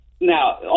Now